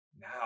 Now